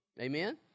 Amen